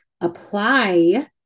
apply